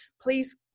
Please